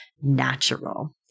natural